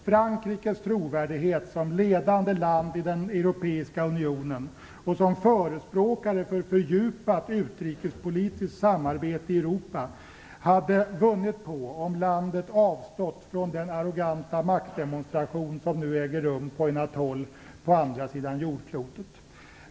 Frankrikes trovärdighet som ledande land i den europeiska unionen och som förespråkare för fördjupat utrikespolitiskt samarbete i Europa hade vunnit på att landet avstått från den arroganta maktdemonstration som nu äger rum på en atoll på andra sidan jordklotet.